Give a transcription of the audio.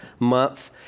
Month